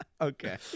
okay